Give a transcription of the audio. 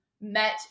met